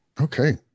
Okay